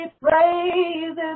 praises